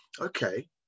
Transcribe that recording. okay